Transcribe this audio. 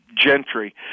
Gentry